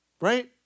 Right